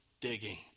digging